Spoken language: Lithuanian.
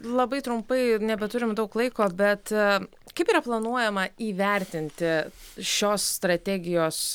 labai trumpai nebeturim daug laiko bet kaip yra planuojama įvertinti šios strategijos